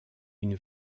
une